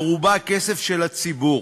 ברובה כסף של הציבור,